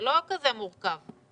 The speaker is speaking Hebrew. זה לא כזה מורכב.